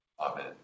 Amen